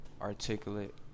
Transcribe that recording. articulate